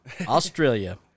Australia